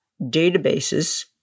databases